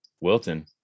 Wilton